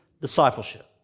discipleship